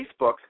Facebook